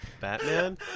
Batman